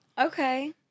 Okay